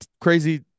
crazy